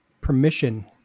permission